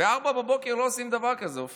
ב-04:00 לא עושים דבר כזה, אופיר.